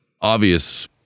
obvious